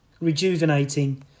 rejuvenating